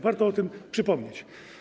Warto o tym przypomnieć.